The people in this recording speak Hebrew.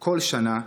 כל שנה,